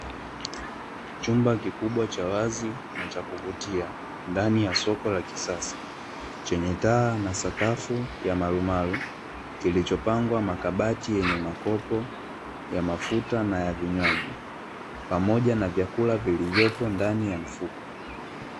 Chumba kikubwa cha wazi na cha kuvutia ndani ya soko la kisasa, chenye taa na sakafu ya marumaru, kilichopangwa makabati yenye makopo ya mafuta na ya vinywaji, pamoja na vyakula vilivyopo ndani ya mfuko.